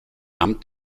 amt